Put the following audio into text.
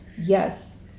Yes